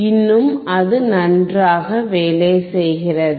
இன்னும் அது நன்றாக வேலை செய்கிறது